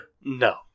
No